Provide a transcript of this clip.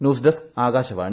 news desk Akashvani